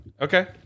Okay